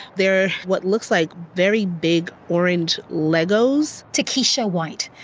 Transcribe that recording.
they are what looks like very big orange legos. takeesha white,